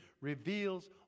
reveals